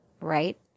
right